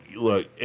look